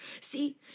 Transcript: see